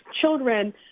children